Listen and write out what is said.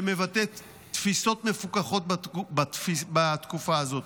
שמבטא תפיסות מפוקחות בתקופה הזאת.